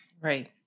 Right